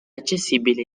accessibile